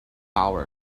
power